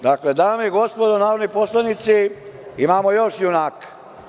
Dakle, dame i gospodo narodni poslanici imamo još junaka.